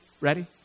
Ready